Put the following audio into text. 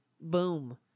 Boom